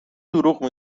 دروغ